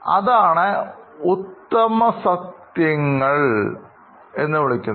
അതാണ് ഉത്തമസത്യങ്ങൾ എന്ന് വിളിക്കുന്നത്